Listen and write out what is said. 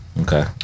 Okay